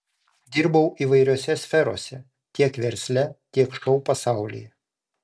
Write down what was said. dirbau įvairiose sferose tiek versle tiek šou pasaulyje